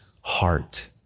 heart